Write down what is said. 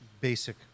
basic